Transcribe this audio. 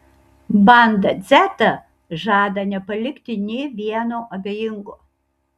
banda dzeta žada nepalikti nė vieno abejingo